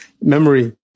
Memory